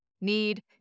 Need